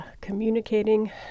communicating